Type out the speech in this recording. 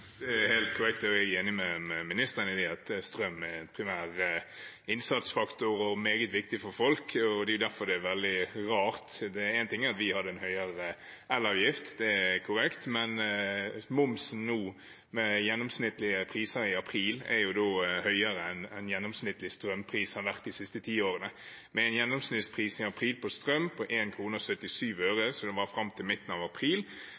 Det er helt korrekt, og jeg er enig med ministeren i at strøm er en primær innsatsfaktor og meget viktig for folk. Det er derfor veldig rart. En ting er at vi hadde en høyere elavgift, det er korrekt, men momsen nå med gjennomsnittlige priser i april er høyere enn gjennomsnittlig strømpris har vært de siste ti årene. Med en gjennomsnittspris i april på strøm på 1,77 kr, som den var fram til midten av april,